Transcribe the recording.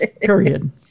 period